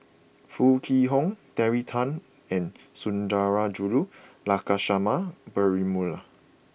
Foo Kwee Horng Terry Tan and Sundarajulu Lakshmana Perumal